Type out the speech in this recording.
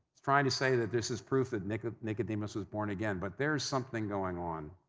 trying to say that this is proof that nicodemus was born again, but there's something going on.